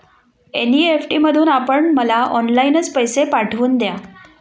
NEFT मधून आपण मला ऑनलाईनच पैसे पाठवून द्या